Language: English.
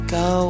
go